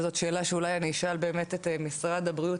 וזאת שאלה שאולי אני אשאל באמת את משרד הבריאות,